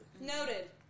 Noted